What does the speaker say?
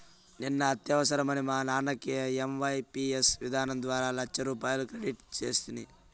నిన్న అత్యవసరమని మా నాన్నకి ఐఎంపియస్ విధానం ద్వారా లచ్చరూపాయలు క్రెడిట్ సేస్తిని